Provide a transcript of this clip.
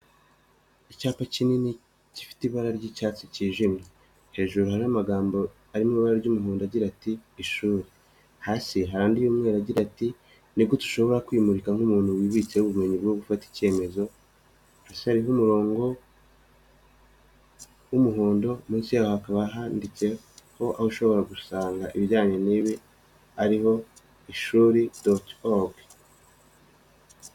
Icyapa kinini gifite ibara ry'icyatsi cyijimye. Hejuru hari amagambo ari mu ibara ry'umuhondo agira ati: "Ishuri." Hasi hari andi y'umweru agira ati: "Ni gute ushobora kwimurika nk'umuntu wibitseho ubumenyi bwo gufata icyemezo?" Hasi hariho umurongo w'umuhondo, munsi yaho hakaba handitseho aho ushobora gusanga ibijyanye n'ibi, ariho ishuri doti gov.